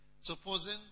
Supposing